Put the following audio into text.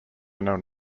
known